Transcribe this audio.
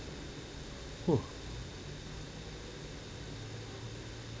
!whoa!